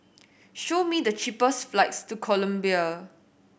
show me the cheapest flights to Colombia